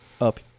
up